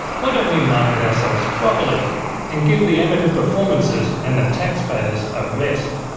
why don't we market ourselves properly and give the amateur performances and the tax payers a rest?